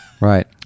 Right